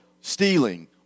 stealing